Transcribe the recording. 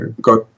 got